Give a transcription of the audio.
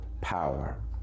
power